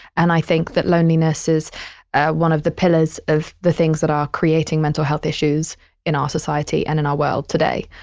and i think that loneliness is one of the pillars of the things that are creating mental health issues in our society and in our world today.